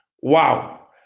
Wow